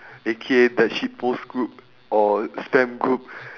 A_K_A the shit post group or spam group